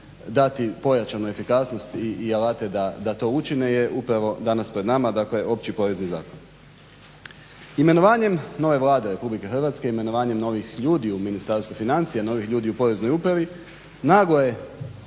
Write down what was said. dati pojačanu efikasnost i alate da to učine je upravo danas pred nama. Dakle, Opći porezni zakon. Imenovanjem nove Vlade Republike Hrvatske, imenovanjem novih ljudi u Ministarstvu financija, novih ljudi u Poreznoj upravi naglo je